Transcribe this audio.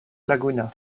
laguna